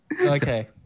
okay